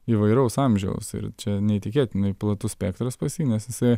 įvairaus amžiaus ir čia neįtikėtinai platus spektras pas jį nes jisai